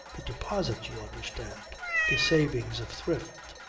the deposits you understand the savings of thrift.